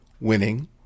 winning